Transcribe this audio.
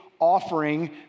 offering